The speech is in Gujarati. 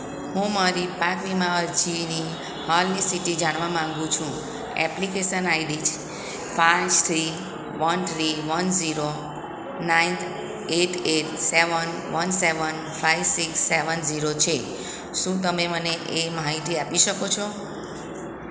હું મારી પાક વીમા અરજીની હાલની સ્થિતિ જાણવા માગું છું એપ્લિકેસન આઈડી પાંચ three one three one zero nine eight eight seven one seven five six seven zero છે શું તમે મને તે માહિતી આપી શકો છો